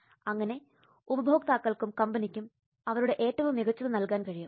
അങ്ങനെ ഉപഭോക്താക്കൾക്കും കമ്പനിക്കും അവരുടെ ഏറ്റവും മികച്ചത് നൽകാൻ കഴിയും